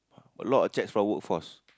a lot of cheques for workforce